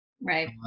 Right